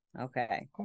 okay